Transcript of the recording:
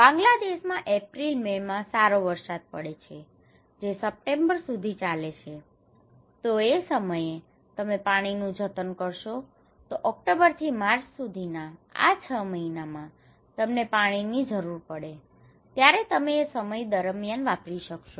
બાંગ્લાદેશમાં April May માં સારો વરસાદ પડે છે જે સપ્ટેમ્બર સુધી ચાલે છે તો એ સમયે તમે પાણીનું જતન કરશો તો ઓક્ટોબર થી માર્ચ સુધીના આ 6 મહિનામાં તમને પાણીની જરૂર પડે ત્યારે તમે એ સમય દરમિયાન વાપરી શકશો